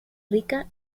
rica